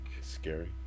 Scary